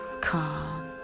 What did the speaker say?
calm